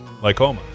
Lycoma